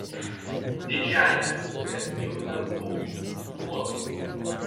didžiajame mūre jau yra baugių nuogriuvų